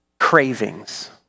cravings